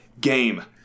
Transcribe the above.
game